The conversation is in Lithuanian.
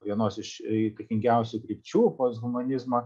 vienos iš įtakingiausių krypčių posthumanizmo